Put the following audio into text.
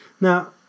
now